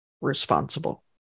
responsible